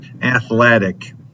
athletic